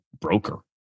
broker